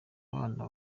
abana